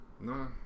No